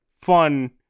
fun